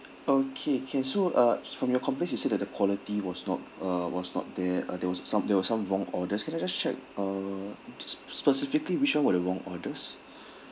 okay can so uh from your complaint you said that the quality was not uh was not there uh there was some there was some wrong orders can I just check uh specifically which one were the wrong orders